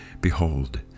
Behold